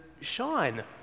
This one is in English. shine